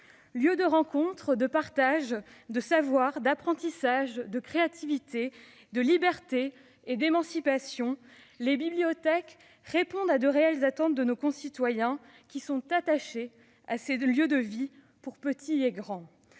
Lieux de rencontre, de partage, de savoir, d'apprentissage, de créativité, de liberté et d'émancipation, les bibliothèques répondent à de réelles attentes de nos concitoyens, qui sont attachés à ces lieux de vie pour petits et grands.